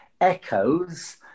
echoes